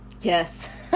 Yes